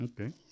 Okay